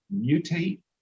mutate